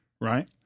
Right